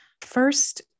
first